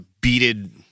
beaded